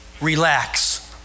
relax